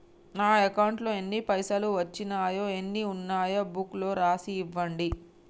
నా అకౌంట్లో ఎన్ని పైసలు వచ్చినాయో ఎన్ని ఉన్నాయో బుక్ లో రాసి ఇవ్వండి?